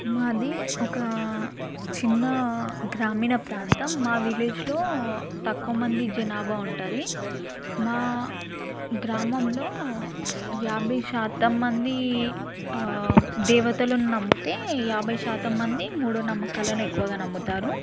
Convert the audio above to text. మాది ఒక చిన్న గ్రామీణ ప్రాంతం మా విలేజ్లో తక్కువ మంది జనాభా ఉంటుంది మా గ్రామంలో యాభై శాతం మంది దేవతలను నమ్మితే యాభై శాతం మంది మూఢనమ్మకాలను ఎక్కువగా నమ్ముతారు